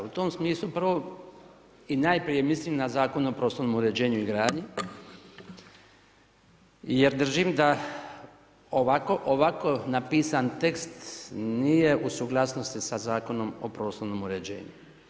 U tom smislu prvo i najprije mislim na Zakon o prostornom uređenju i gradnji, jer držim da ovako napisan tekst nije u suglasnosti sa Zakonom o prostornom uređenju.